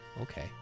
Okay